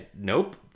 Nope